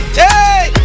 hey